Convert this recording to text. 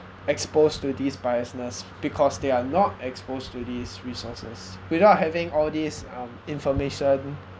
exposed to these biasness because they are not exposed to these resources without having all these um information